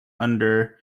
under